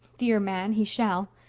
dear man, he shall.